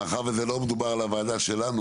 מאחר ולא מדובר על הוועדה שלנו,